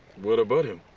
what about him?